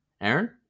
Aaron